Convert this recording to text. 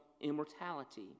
immortality